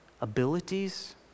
abilities